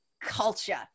culture